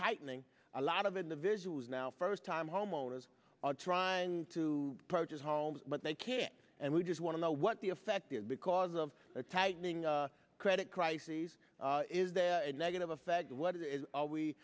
tightening a lot of individuals now first time homeowners are trying to purchase homes but they can't and we just want to know what the effect there because of the tightening credit crises is the negative effect what are we